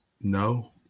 no